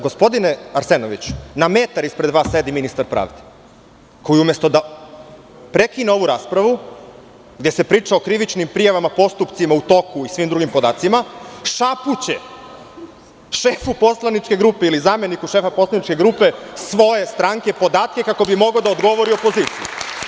Gospodine Arsenoviću, na metar ispred vas sedi ministar pravde, koji umesto da prekine ovu raspravu, gde se priča o krivičnim prijavama, postupcima u toku i svim drugim podacima, šapuće šefu poslaničke grupe ili zameniku šefa poslaničke grupe svoje stranke podatke kako bi mogao da odgovori opoziciji.